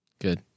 Good